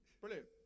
brilliant